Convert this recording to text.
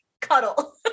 cuddle